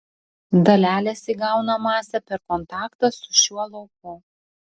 dalelės įgauna masę per kontaktą su šiuo lauku